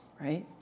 right